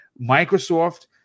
Microsoft